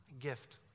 Gift